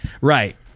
Right